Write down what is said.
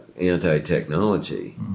anti-technology